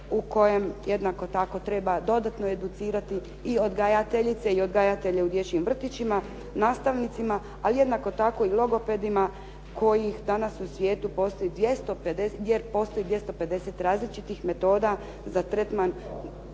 u kojem jednako tako treba dodatno educirati i odgajateljice i odgajatelje u dječjim vrtićima, nastavnicima, ali jednako tako i logopedima koji ih danas u svijetu postoji 250, jer postoji 250 različitih metoda za tretman